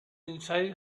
inside